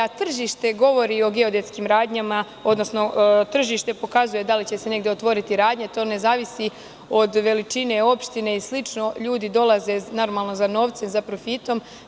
Tržište govori o geodetskim radnjama, odnosno tržište pokazuje da li će se negde otvoriti radnja, to ne zavisi od veličine opštine i slično, ljudi dolaze, normalno za novcem, za profitom.